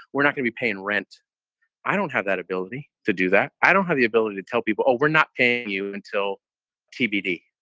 we're not gonna be paying rent i don't have that ability to do that. i don't have the ability to tell people, oh, we're not paying you until tbd.